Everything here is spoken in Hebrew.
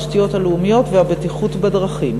התשתיות הלאומיות והבטיחות בדרכים,